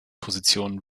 positionen